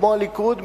כמו הליכוד,